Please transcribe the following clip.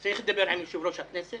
צריך לדבר עם יושב-ראש הכנסת,